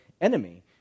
enemy